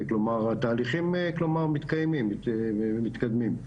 כלומר התהליכים מתקיימים ומתקדמים.